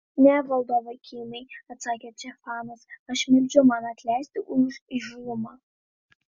ne valdove kimiai atsakė če fanas aš meldžiu man atleisti už įžūlumą